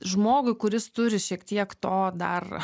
žmogui kuris turi šiek tiek to dar